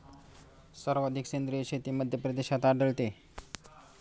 सर्वाधिक सेंद्रिय शेती मध्यप्रदेशात आढळते